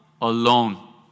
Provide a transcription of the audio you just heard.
alone